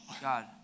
God